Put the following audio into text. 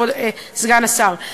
כבוד סגן השר.